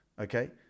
okay